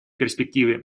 перспективе